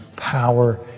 Power